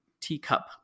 teacup